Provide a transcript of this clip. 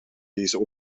deze